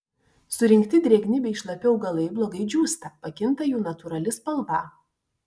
surinkti drėgni bei šlapi augalai blogai džiūsta pakinta jų natūrali spalva